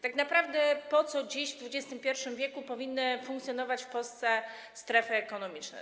Tak naprawdę po co dziś, w XXI w., powinny funkcjonować w Polsce strefy ekonomiczne?